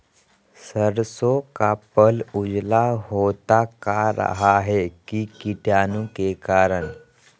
सरसो का पल उजला होता का रहा है की कीटाणु के करण?